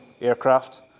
aircraft